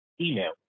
email